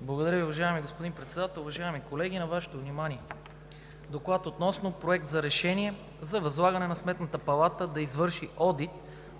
Благодаря Ви, уважаеми господин Председател. Уважаеми колеги, на Вашето внимание: „ДОКЛАД относно Проект на решение за възлагане на Сметната палата да извърши одит